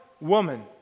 woman